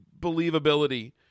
believability